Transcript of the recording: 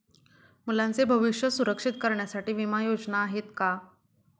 मुलांचे भविष्य सुरक्षित करण्यासाठीच्या विमा योजना आहेत का?